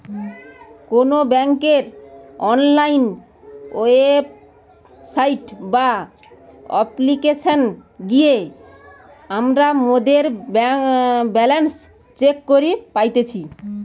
কোনো বেংকের online website বা অপ্লিকেশনে গিয়ে আমরা মোদের ব্যালান্স চেক করি পারতেছি